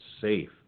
safe